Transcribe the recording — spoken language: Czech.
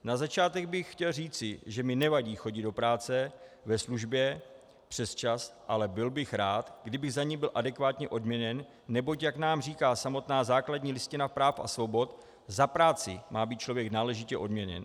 Na začátek bych chtěl říci, že mi nevadí chodit do práce ve službě přesčas, ale byl bych rád, kdybych za ni byl adekvátně odměněn, neboť jak nám říká samotná základní listina práv a svobod, za práci má být člověk náležitě odměněn.